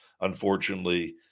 Unfortunately